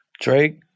Drake